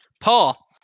Paul